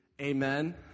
Amen